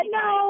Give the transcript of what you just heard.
no